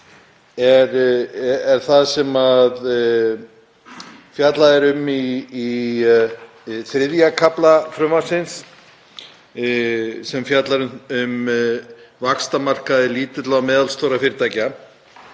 er það sem fjallað er um í III. kafla frumvarpsins sem fjallar um vaxtamarkaði lítilla og meðalstórra fyrirtækja.